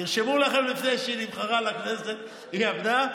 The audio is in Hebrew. תרשמו לכם, לפני שהיא נבחרה לכנסת היא עבדה.